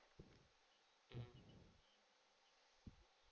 um